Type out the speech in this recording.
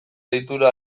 deitura